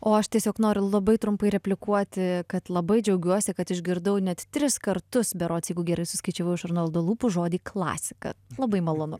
o aš tiesiog noriu labai trumpai replikuoti kad labai džiaugiuosi kad išgirdau net tris kartus berods jeigu gerai suskaičiavau iš arnoldo lūpų žodį klasika labai malonu